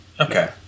Okay